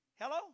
Hello